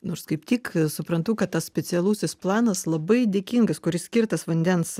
nors kaip tik suprantu kad tas specialusis planas labai dėkingas kuris skirtas vandens